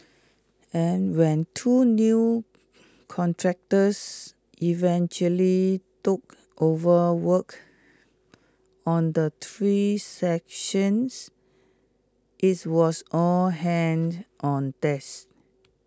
and when two new contractors eventually took over work on the three stations its was all hands on desk